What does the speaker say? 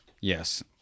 Yes